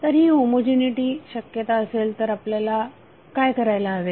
तर ही होमोजिनीटी शक्यता असेल तर आपल्याला काय करायला हवे